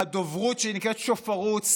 הדוברות שנקראת שופרות,